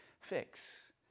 fix